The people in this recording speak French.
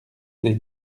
des